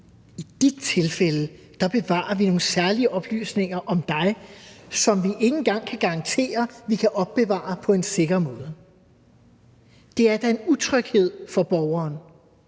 I dit tilfælde bevarer vi nogle særlige oplysninger om dig, som vi ikke engang kan garantere at vi kan opbevare på en sikker måde. Det er da en utryghed for borgeren,